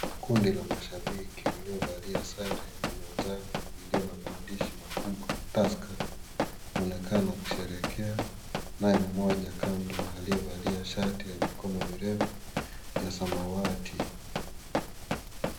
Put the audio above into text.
Kundi la mashabiki waliovalia sare ya manjano iliyo na maandishi makubwa Tusker waonekana kusherekea naye mmoja kando aliyevalia shati ya mikono mirefu ya samawati.